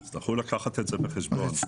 תצטרכו לקחת את זה בחשבון.